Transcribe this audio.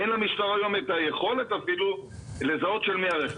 אין למשטרה את היכולת אפילו לזהות של מי הרכב.